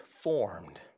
formed